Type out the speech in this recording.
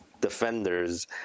defenders